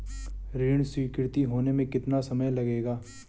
ऋण स्वीकृति होने में कितना समय लगेगा?